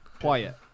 Quiet